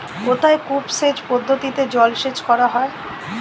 কোথায় কূপ সেচ পদ্ধতিতে জলসেচ করা হয়?